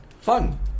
fun